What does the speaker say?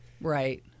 Right